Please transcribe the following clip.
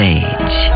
age